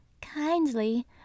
kindly